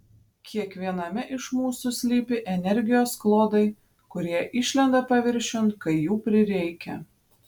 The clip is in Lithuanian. kiekviename iš mūsų slypi energijos klodai kurie išlenda paviršiun kai jų prireikia